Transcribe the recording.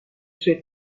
sue